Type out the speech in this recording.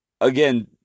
Again